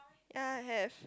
ya I have